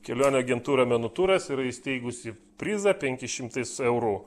kelionių agentūra menų turas yra įsteigusi prizą penki šimtais eurų